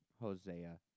Hosea